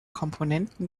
komponenten